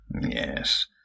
Yes